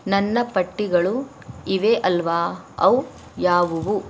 ನನ್ನ ಪಟ್ಟಿಗಳು ಇವೆ ಅಲ್ವಾ ಅವು ಯಾವುವು